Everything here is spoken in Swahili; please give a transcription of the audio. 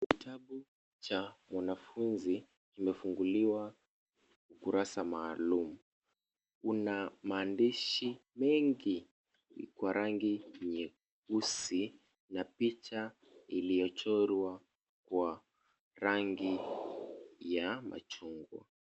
Kitabu cha mwanafunzi kimefunguliwa ukurasa maalumu. Kuna maandishi mengi kwa rangi nyeusi na picha iliyochorwa kwa rangi ya machungwa.